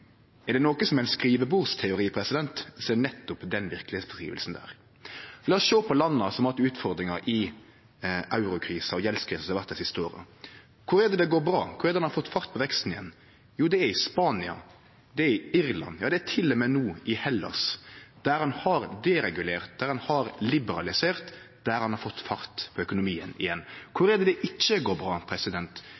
Er det noko som er ein skrivebordsteori, så er det nettopp den verkelegheitsbeskrivinga der. Lat oss sjå på landa som har hatt utfordringar i eurokrisa og gjeldskrisa som har vore dei siste åra. Kor er det det går bra, kor er det ein har fått fart på veksten igjen? Jo, det er i Spania, det er i Irland, ja det er til og med no i Hellas, der ein har deregulert, der ein har liberalisert, der ein har fått fart på økonomien igjen. Kor